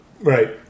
Right